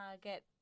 get